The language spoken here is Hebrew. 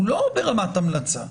הוא לא ברמת המלצה.